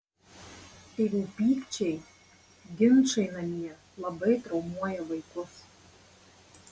tėvų pykčiai ginčai namie labai traumuoja vaikus